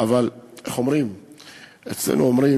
אצלנו אומרים